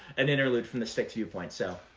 an interlude from the stick's viewpoint. so